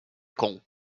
con